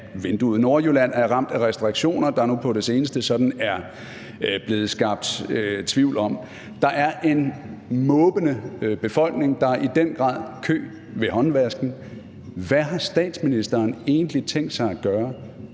af vinduet; Nordjylland er ramt af restriktioner, der nu på det seneste er blevet skabt tvivl om; der er en måbende befolkning; og der er i den grad kø ved håndvasken: Hvad har statsministeren egentlig tænkt sig at gøre